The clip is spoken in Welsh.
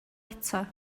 eto